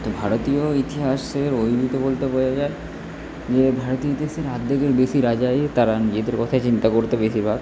ভারতীয় ইতিহাসের ঐতিহ্য বলতে বোঝা যায় যে ভারতের ইতিহাসের আর্ধেকের বেশি রাজাই তারা নিজেদের কথাই চিন্তা করতো বেশিরভাগ